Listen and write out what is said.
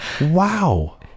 Wow